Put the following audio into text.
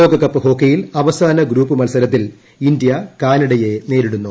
ലോകകപ്പ് ഹോക്കിയിൽ അവസാന ഗ്രൂപ്പ് മത്സരത്തിൽ ഇന്ത്യ കാനഡയെ നേരിടുന്നു